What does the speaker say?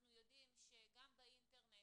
אנחנו יודעים שגם באינטרנט,